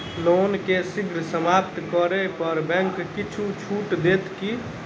loan केँ शीघ्र समाप्त करै पर बैंक किछ छुट देत की